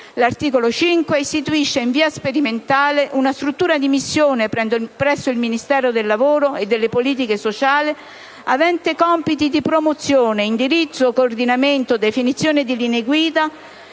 L'articolo 5 istituisce, in via sperimentale, una struttura di missione, presso il Ministero del lavoro e delle politiche sociali, avente compiti di promozione, indirizzo, coordinamento, definizione di linee guida